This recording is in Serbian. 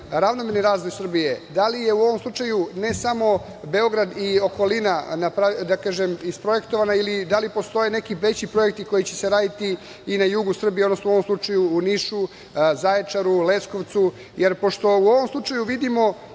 ravnomerni razvoj Srbije? Da li je u ovom slučaju ne samo Beograd i okolina, da kažem, isprojektovana ili da li postoje neki veći projekti koji će se raditi i na jugu Srbije, odnosno, u ovom slučaju u Nišu, Zaječaru, Leskovcu, jer u ovom slučaju vidimo